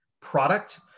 product